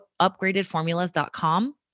upgradedformulas.com